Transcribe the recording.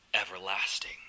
everlasting